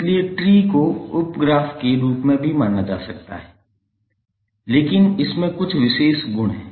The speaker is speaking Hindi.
इसलिए ट्री को उप ग्राफ़ के रूप में भी माना जा सकता है लेकिन इसमें कुछ विशेष गुण हैं